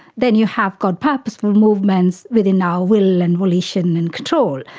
then you have got purposeful movements within our will and volition and control.